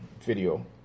video